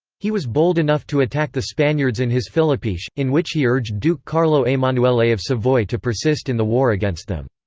he was bold enough to attack the spaniards in his filippiche, in which he urged duke carlo emanuele of savoy to persist in the war against them.